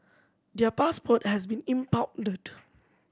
their passport has been impounded